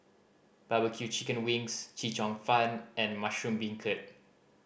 barbecue chicken wings Chee Cheong Fun and mushroom beancurd